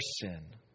sin